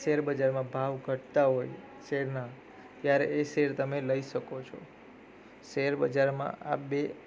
share બજારમાં ભાવ ઘટતા હોય શેરના ત્યારે એ શેર તમે લઈ શકો છો શેર બજારમાં આ બે